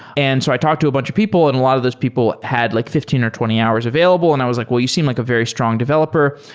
and so i talked to a bunch of people and a lot of those people had like fifteen or twenty hours available and i was like, well, you seem like a very strong developer,